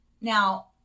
Now